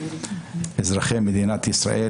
אזרחי מדינת ישראל,